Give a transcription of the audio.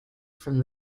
from